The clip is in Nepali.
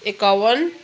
एकाउन्न